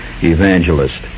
evangelist